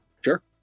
Sure